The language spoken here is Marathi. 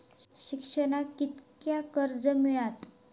शिक्षणाक कीतक्या कर्ज मिलात?